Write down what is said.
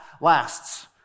lasts